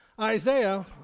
Isaiah